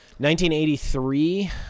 1983